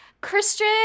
Christian